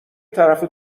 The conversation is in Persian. طرف